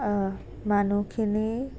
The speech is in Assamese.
মানুহখিনি